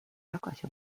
tagasi